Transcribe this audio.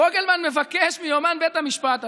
פוגלמן מבקש מיומן בית המשפט,